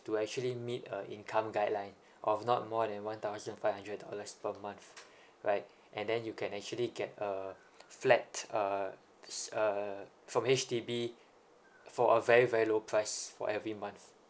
to actually meet a income guideline of not more than one thousand five hundred dollars per month right and then you can actually get a flat uh s~ uh from H_D_B for a very very low price for every month